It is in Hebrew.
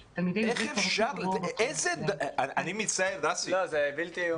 דסי, אני מצטער --- זה פשוט לא יאומן.